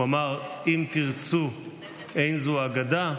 הוא אמר: "אם תרצו אין זו אגדה".